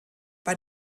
bei